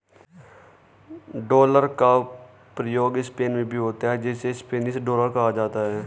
dollar का प्रयोग Spain में भी होता है जिसे स्पेनिश डॉलर कहा जाता है